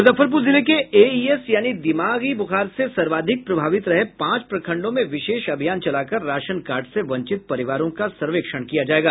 मुजफ्फरपुर जिले के एईएस यानी दिमागी बुखार से सर्वाधिक प्रभावित रहे पांच प्रखंडों में विशेष अभियान चलाकर राशन कार्ड से वंचित परिवारों का सर्वेक्षण किया जायेगा